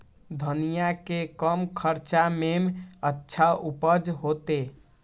धनिया के कम खर्चा में अच्छा उपज होते?